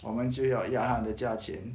我们就要压他的价钱